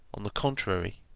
on the contrary,